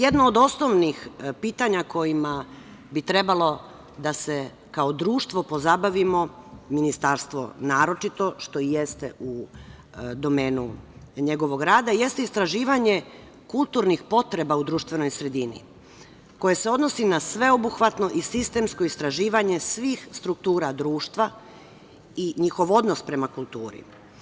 Jedno od osnovnih pitanja kojima bi trebalo da se kao društvo pozabavimo, Ministarstvo naročito, što i jeste u domenu njegovog rada, jeste istraživanje kulturnih potreba u društvenoj sredini koje se odnosi na sveobuhvatno i sistemsko istraživanje svih struktura društva i njihov odnos prema kulturi.